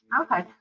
Okay